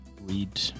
read